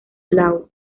laúd